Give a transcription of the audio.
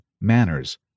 manners